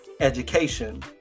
education